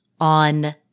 on